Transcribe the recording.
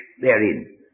therein